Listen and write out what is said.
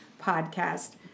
podcast